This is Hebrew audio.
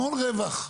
המון רווח.